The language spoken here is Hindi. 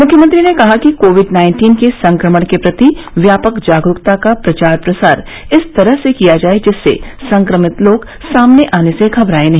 मृख्यमंत्री ने कहा कि कोविड नाइन्टीन के संक्रमण के प्रति व्यापक जागरूकता का प्रचार प्रसार इस तरह से किया जाये जिससे संक्रमित लोग सामने आने से घबराये नहीं